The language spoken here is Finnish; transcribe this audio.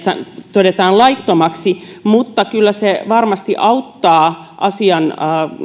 todetaan laittomiksi mutta kyllä se varmasti auttaa asian